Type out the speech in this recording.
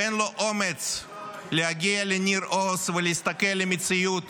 ואין לו אומץ להגיע לניר עוז ולהסתכל למציאות